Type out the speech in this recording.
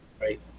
Right